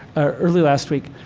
or, early last week.